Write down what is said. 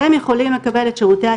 והם יכולים לקבל את שירותי התקשורת,